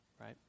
right